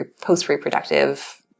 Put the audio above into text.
post-reproductive